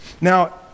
now